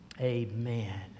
Amen